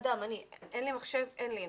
אין לי מחשב, אין לי אינטרנט,